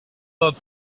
lot